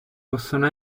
possono